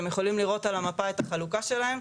אתם יכולים לראות על המפה את החלוקה שלהן.